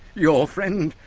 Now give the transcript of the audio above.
your friend.